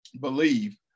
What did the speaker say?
believe